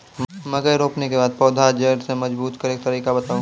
मकय रोपनी के बाद पौधाक जैर मजबूत करबा के तरीका बताऊ?